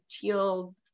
teal